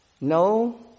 no